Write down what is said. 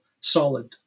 solid